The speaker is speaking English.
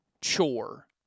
chore